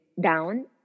down